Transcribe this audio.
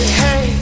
hey